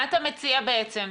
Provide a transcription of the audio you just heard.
מה אתה מציע בעצם?